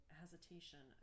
hesitation